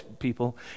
people